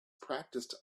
practiced